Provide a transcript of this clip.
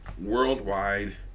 worldwide